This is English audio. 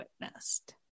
witnessed